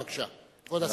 בבקשה, כבוד השר.